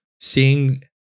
seeing